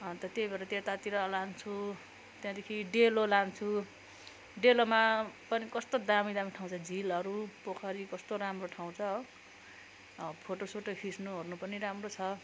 अन्त त्यही भएर त्यतातिर लान्छु त्यहाँदेखि डेलो लान्छु डेलोमा पनि कस्तो दामी दामी ठाउँ छ झिलहरू पोखरी कस्तो राम्रो ठाउँ छ हो फोटोसोटो खिच्नु ओर्नु पनि राम्रो छ